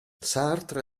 sartre